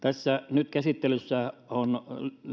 nyt käsittelyssä on